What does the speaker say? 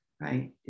Right